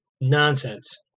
nonsense